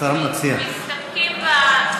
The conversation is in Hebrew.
מסתפקים בדברים.